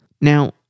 Now